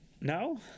No